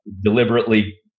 Deliberately